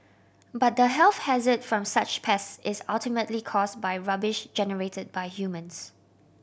but the health hazard from such pests is ultimately caused by rubbish generated by humans